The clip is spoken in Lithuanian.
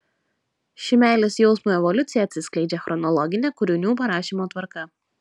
ši meilės jausmo evoliucija atsiskleidžia chronologine kūrinių parašymo tvarka